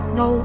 no